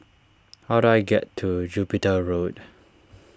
how do I get to Jupiter Road